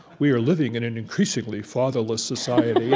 we are living in an increasingly fatherless society.